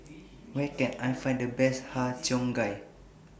Where Can I Find The Best Har Cheong Gai